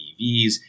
EVs